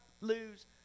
lose